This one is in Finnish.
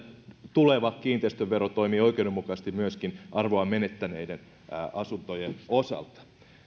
tuleva kiinteistövero toimii oikeudenmukaisesti myöskin arvoaan menettäneiden asuntojen osalta